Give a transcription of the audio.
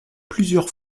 plusieurs